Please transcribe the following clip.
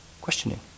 questioning